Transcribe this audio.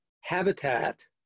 habitat